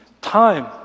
Time